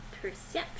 Perception